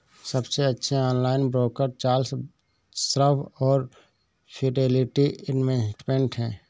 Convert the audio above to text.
सबसे अच्छे online broker Charles Schwab और फिडेलिटी इन्वेस्टमेंट हैं